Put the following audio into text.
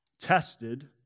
tested